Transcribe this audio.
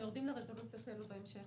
אנחנו יורדים לרזולוציות האלה בהמשך.